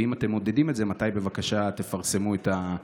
ואם אתם מודדים את זה, מתי תפרסמו את הנתונים?